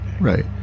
Right